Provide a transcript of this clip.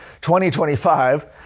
2025